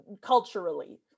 culturally